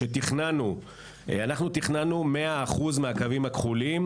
שתכננו הסדרה של 100% בקווים הכחולים,